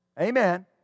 Amen